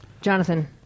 Jonathan